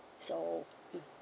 so mm